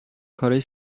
کارای